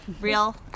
Real